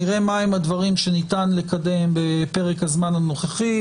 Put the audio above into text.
נראה מהם הדברים שניתן לקדם בפרק הזמן הנוכחי,